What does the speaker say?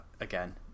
again